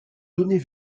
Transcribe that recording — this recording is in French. données